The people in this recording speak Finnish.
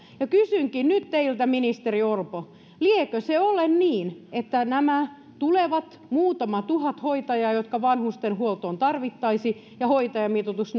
ja kysynkin nyt teiltä ministeri orpo liekö se niin että nämä tulevat muutama tuhat hoitajaa jotka vanhustenhuoltoon tarvittaisiin ja hoitajamitoitus